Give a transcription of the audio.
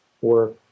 work